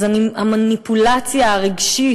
אז המניפולציה הרגשית,